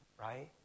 right